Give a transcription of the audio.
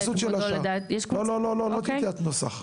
לא טיוטת נוסח.